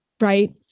right